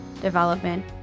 development